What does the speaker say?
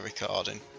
recording